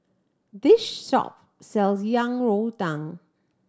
this shop sells Yang Rou Tang